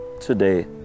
today